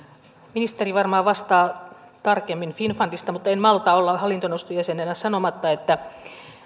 ministeri varmaan vastaa tarkemmin finnfundista mutta en malta olla hallintoneuvoston jäsenenä sanomatta että